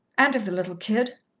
and of the little kid?